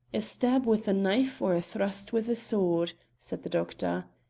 a stab with a knife or a thrust with a sword, said the doctor.